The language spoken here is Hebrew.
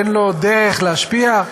אין לו דרך להשפיע?